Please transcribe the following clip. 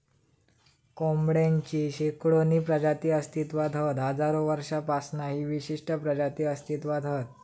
कोंबडेची शेकडोनी प्रजाती अस्तित्त्वात हत हजारो वर्षांपासना ही विशिष्ट प्रजाती अस्तित्त्वात हत